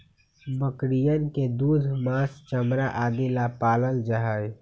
बकरियन के दूध, माँस, चमड़ा आदि ला पाल्ल जाहई